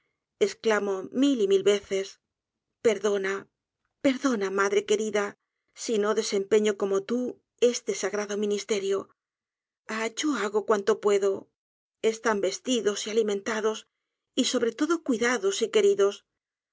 esclamo mil y mil veces perdona madre querida si no desempeño como tú este sagrado ministerio ah yo hago cuanto puedo están vestidos y alimentados y sobre todo cuidados y queridos